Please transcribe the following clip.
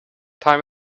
time